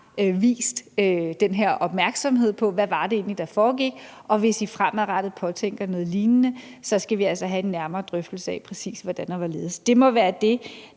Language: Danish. vist den her opmærksomhed på, hvad det egentlig var, der foregik, og hvis man fremadrettet påtænker noget lignende, skal der altså være en nærmere drøftelse af præcis hvordan og hvorledes. Det må være det,